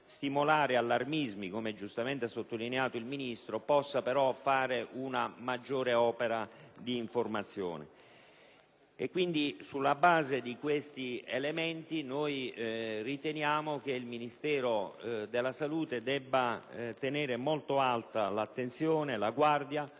stimolare allarmismi, come ha sottolineato il Ministro, possa però fare una maggiore opera di informazione. Sulla base di questi elementi, riteniamo che il Ministero della salute debba tenere molto alta la guardia